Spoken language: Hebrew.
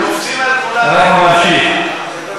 אנחנו נמשיך.